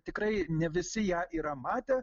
tikrai ne visi ją yra matę